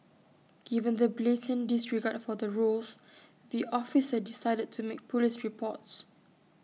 given the blatant disregard for the rules the officer decided to make Police reports